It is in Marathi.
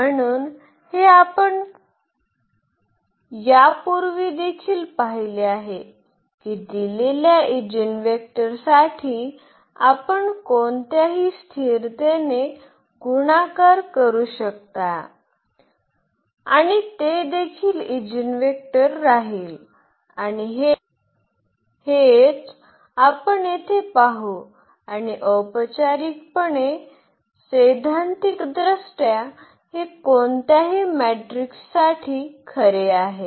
म्हणून हे आपण यापूर्वी देखील पाहिले आहे की दिलेल्या ईजीनवेक्टरसाठी आपण कोणत्याही स्थिरतेने गुणाकार करू शकता आणि ते देखील ईजीनवेक्टर राहील आणि हेच आपण येथे पाहू आणि औपचारिकपणे सैद्धांतिकदृष्ट्या हे कोणत्याही मॅट्रिक्ससाठी खरे आहे